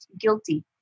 guilty